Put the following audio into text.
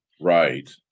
right